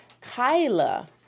Kyla